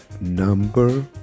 number